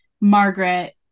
Margaret